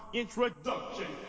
introduction